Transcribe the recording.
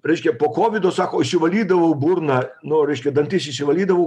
reiškia po kovido sako išsivalydavau burną nu reiškia dantis išvalydavau